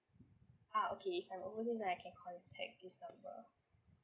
ah okay if I I will contact this number